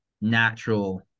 natural